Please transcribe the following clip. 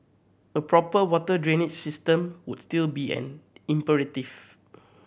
a proper water drainage system would still be an imperative